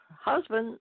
husband